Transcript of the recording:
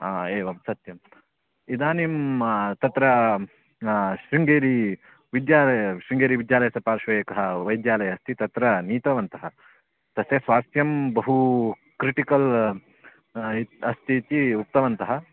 हा एवं सत्यम् इदानीं तत्र शृङ्गेरी विद्या शृङ्गेरी विद्यालयस्य पार्श्वे एकः वैद्यालयः अस्ति तत्र नीतवन्तः तस्य स्वास्थ्यं बहु क्रिटिकल् अस्ति इति उक्तवन्तः